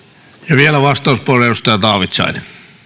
ja vielä vastauspuheenvuoro edustaja taavitsainen